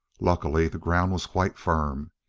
luckily the ground was quite firm.